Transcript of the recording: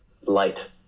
light